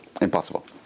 impossible